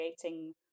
creating